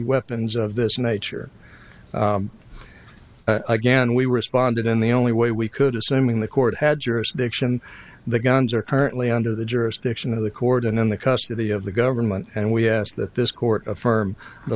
weapons of this nature again we responded in the only way we could assuming the court had jurisdiction the guns are currently under the jurisdiction of the court and in the custody of the government and we ask that this court affirm the